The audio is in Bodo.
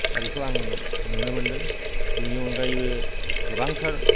दा बेखौ आं नुनो मोनदों बेनि अनगायैबो गोबांथार